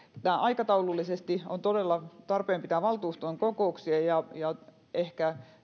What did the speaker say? aikataulullisesti on todella tarpeen pitää valtuuston kokouksia ja ja ehkä